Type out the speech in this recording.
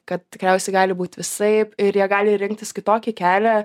kad tikriausiai gali būt visaip ir jie gali rinktis kitokį kelią